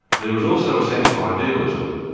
there was also a sense of idealism.